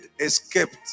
escaped